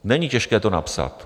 Není těžké to napsat.